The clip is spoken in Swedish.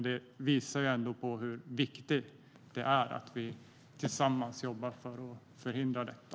Det visar ändå hur viktigt det är att vi tillsammans jobbar för att förhindra detta.